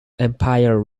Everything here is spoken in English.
empire